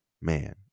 man